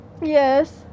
Yes